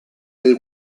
del